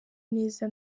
neza